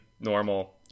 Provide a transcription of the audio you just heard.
normal